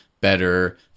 better